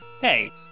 Hey